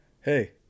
hey